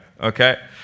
okay